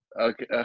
Okay